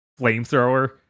flamethrower